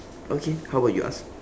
okay how about you ask